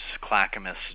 clackamas